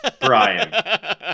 brian